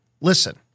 Listen